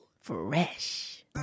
Fresh